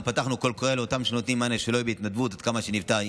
גם פתחנו קול קורא לאותם נותני מענה שלא בהתנדבות עד כמה שניתן.